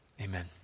Amen